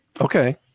Okay